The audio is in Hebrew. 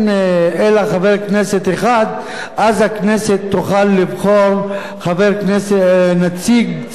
אז הכנסת תוכל לבחור נציג ציבור מטעמה שייצג את הכנסת.